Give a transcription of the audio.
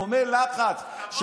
מחסומי לחץ,